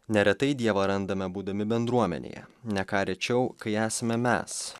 neretai dievą randame būdami bendruomenėje ne ką rečiau kai esame mes